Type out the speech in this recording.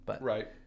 Right